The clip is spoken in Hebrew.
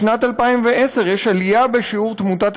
משנת 2010 יש עלייה בשיעור תמותת